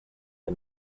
que